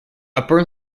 upper